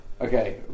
Okay